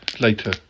later